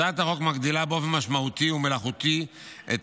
הצעת החוק מגדילה באופן משמעותי ומלאכותי את